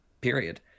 period